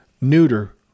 neuter